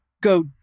go